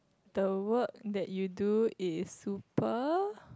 the work that you do is super